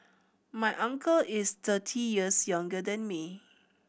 my uncle is thirty years younger than me